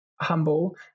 humble